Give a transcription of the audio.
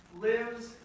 lives